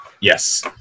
Yes